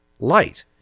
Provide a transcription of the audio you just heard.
Light